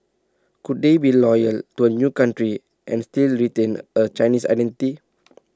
could they be loyal to A new country and still retain A Chinese identity